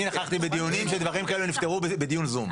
אני נכחתי בדיונים שדברים כאלה נפתרו בדיון זום.